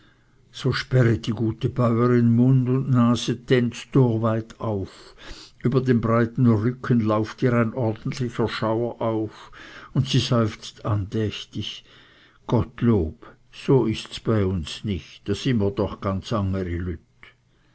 so sperret die gute bäuerin mund und nase tennstorweit auf über den breiten rücken lauft ihr ein ordentlicher schauder auf und sie seufzt andächtig gottlob so ist's doch bei uns nicht da sy mer doch ganz